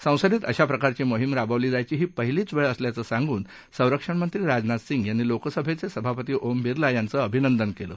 संसदेत अशा प्रकारची मोहीम राबवली जायची ही पहिलीच वेळ असल्याचं सांगून संरक्षणमंत्री राजनाथ सिंग यांनी लोकसभेचे सभापती ओम बिर्ला यांचं अभिनंदन केलं